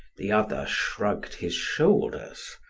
the other shrugged his shoulders.